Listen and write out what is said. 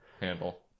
Handle